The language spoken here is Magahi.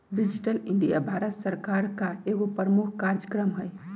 डिजिटल इंडिया भारत सरकार का एगो प्रमुख काजक्रम हइ